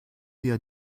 wir